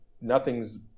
nothing's